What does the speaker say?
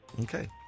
Okay